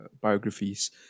biographies